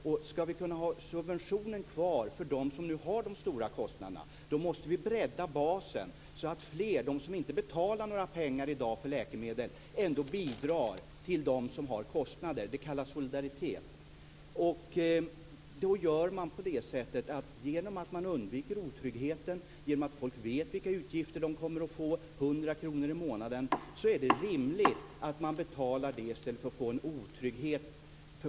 Om vi skall kunna ha subventionen kvar för dem som har de stora kostnaderna måste vi bredda basen så att fler - de som inte betalar några pengar i dag för läkemedel - bidrar till dem som har kostnader. Det kallas solidaritet. Man undviker otryggheten. Människor vet vilka utgifter de kommer att få - 100 kr i månaden. Det är rimligt att betala det i stället för att ha en otrygghet.